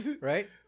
Right